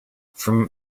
from